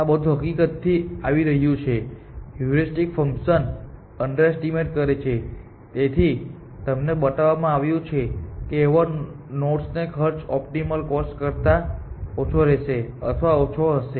આ બધું એ હકીકતથી આવી રહ્યું છે કે હ્યુરિસ્ટિક ફંક્શન અંડરએસ્ટીમેટ કરે છે તેથી તમને બતાવવામાં આવ્યું છે કે એવા નોડ્સનો ખર્ચ ઓપ્ટિકલ કોસ્ટ કરતા ઓછો રહશે અથવા ઓછો હશે